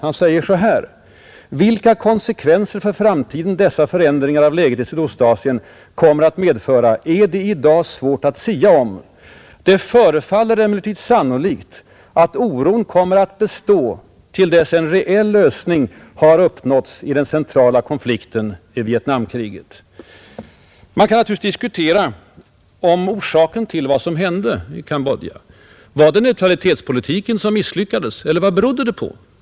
Han sade: ”Vilka konsekvenser för framtiden dessa förändringar av läget i Sydostasien kommer att medföra är det i dag svårt att sia om. Det förefaller emellertid sannolikt, att oron kommer att bestå till dess en reell lösning har uppnåtts i den centrala konflikten — i Vietnamkriget.” Man kan naturligtvis diskutera orsaken till vad som hände i Cambodja. Var det neutralitetspolitiken som misslyckades eller vad hände?